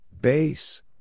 Base